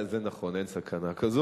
זה נכון, אין סכנה כזאת.